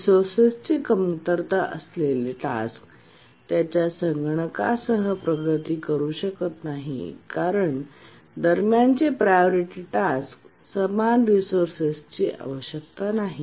रिसोर्सेसची कमतरता असलेले टास्क त्याच्या संगणकासह प्रगती करू शकत नाही कारण दरम्यानचे प्रायोरिटी टास्क समान रिसोर्सेसची आवश्यकता नाही